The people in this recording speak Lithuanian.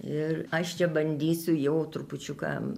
ir aš čia bandysiu jau trupučiuką